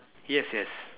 yes yes